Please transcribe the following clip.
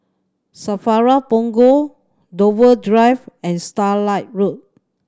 SAFRA Punggol Dover Drive and Starlight Road